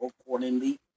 accordingly